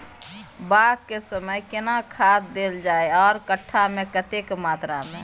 बाग के समय केना खाद देल जाय आर कट्ठा मे कतेक मात्रा मे?